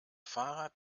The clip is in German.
fahrrad